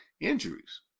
injuries